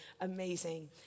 amazing